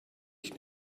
mich